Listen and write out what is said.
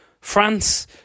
France